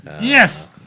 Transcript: Yes